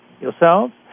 yourselves